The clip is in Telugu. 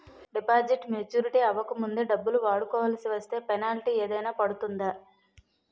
డిపాజిట్ మెచ్యూరిటీ అవ్వక ముందే డబ్బులు వాడుకొవాల్సి వస్తే పెనాల్టీ ఏదైనా పడుతుందా?